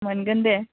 मोनगोन दे